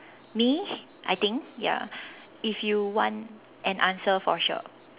me I think ya if you want an answer for sure